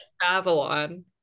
Babylon